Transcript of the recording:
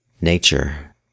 Nature